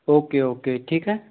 okay okay ठीक है